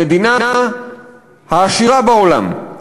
המדינה העשירה בעולם,